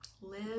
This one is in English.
Live